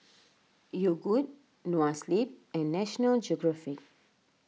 Yogood Noa Sleep and National Geographic